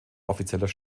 offizieller